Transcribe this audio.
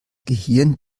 gehirn